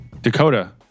Dakota